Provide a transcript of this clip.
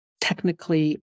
technically